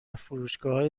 فروشگاههای